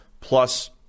plus